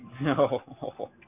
No